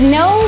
no